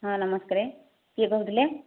ହଁ ନମସ୍କାର କିଏ କହୁଥିଲେ